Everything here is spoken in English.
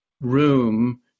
room